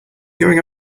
going